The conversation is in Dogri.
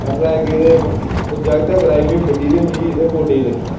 कटरै गे ते ओह् जागतै कराई मिगी फिड्डी ते मिगी गोड्डै लग्गी